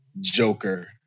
Joker